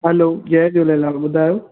हलो जय झूलेलाल बुधायो